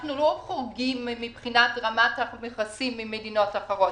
אנחנו לא חורגים מבחינת רמת המכסים ממדינות אחרות,